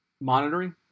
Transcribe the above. monitoring